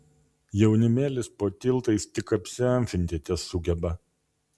jaunimėlis po tiltais tik apsiamfinti tesugeba